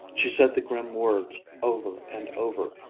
she said the grim words over and over,